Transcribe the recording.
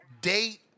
date